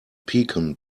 pecan